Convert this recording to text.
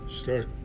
start